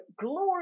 glory